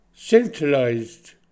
centralized